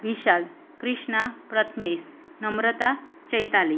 Vishal Krishna Prathamesh Namrata Chaitali